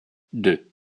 deux